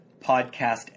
Podcast